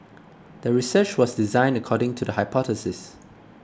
the research was designed according to the hypothesis